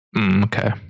Okay